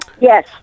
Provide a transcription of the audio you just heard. yes